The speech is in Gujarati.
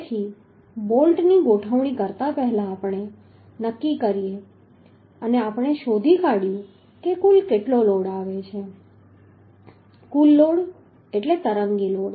તેથી બોલ્ટની ગોઠવણી પહેલા આપણે નક્કી કરી અને આપણે શોધી કાઢ્યું છે કે કુલ લોડ કેટલો આવે છે કુલ લોડ એટલે તરંગી લોડ